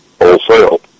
wholesale